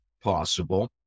possible